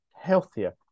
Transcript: healthier